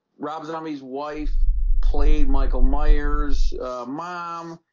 rob zombie's wife played michael myers mom